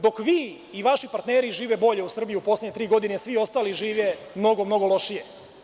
Dok vi i vaši partneri živite bolje u Srbiji u poslednje tri godine, svi ostali žive mnogo, mnogo lošije.